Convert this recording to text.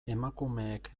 emakumeek